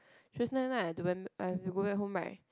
Tuesday night I have to went I have to go back home right